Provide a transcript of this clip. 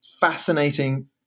fascinating